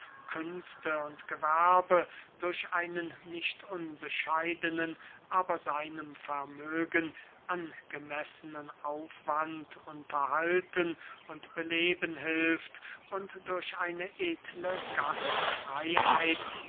künste und gewerbe durch einen nicht unbescheidenen aber seinem vermögen angemessenen aufwand unterhalten und beleben hilft und durch eine edle